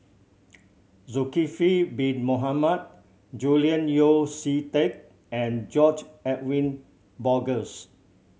Zulkifli Bin Mohamed Julian Yeo See Teck and George Edwin Bogaars